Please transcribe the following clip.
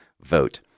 vote